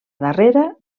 darrera